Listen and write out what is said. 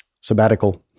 sabbatical